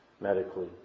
medically